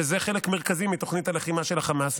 שזה חלק מרכזי מתוכנית הלחימה של החמאס,